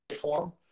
form